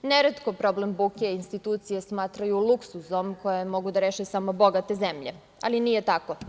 Neretko problem buke institucije smatraju luksuzom koji mogu da reše samo bogate zemlje, ali nije tako.